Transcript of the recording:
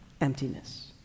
emptiness